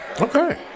okay